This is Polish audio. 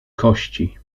kości